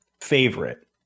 favorite